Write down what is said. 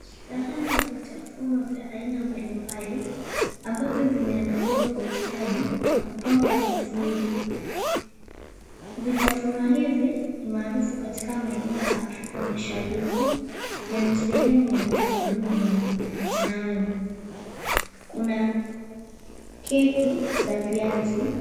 Sahani ya vitafuno vya aina mbalimbali ambavyo vimeandaliwa kwa ustadi na kupangwa vizuri. Vitafunio hivi ni maarufu katika eneo la afrika mashariki na ni sehemu ya utamaduni wa mtaani. Kuna keki za viazi,